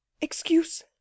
Excuse